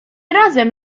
razem